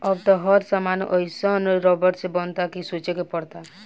अब त हर सामान एइसन रबड़ से बनता कि सोचे के पड़ता